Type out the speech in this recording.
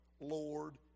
Lord